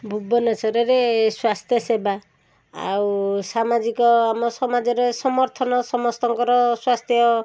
ଭୁବନେଶ୍ୱରରେ ଏ ସ୍ୱାସ୍ଥ୍ୟସେବା ଆଉ ସାମାଜିକ ଆମ ସମାଜରେ ସମର୍ଥନ ସମସ୍ତଙ୍କର ସ୍ୱାସ୍ଥ୍ୟ